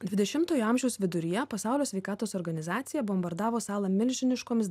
dvidešimtojo amžiaus viduryje pasaulio sveikatos organizacija bombardavo salą milžiniškomis